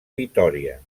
vitòria